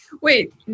Wait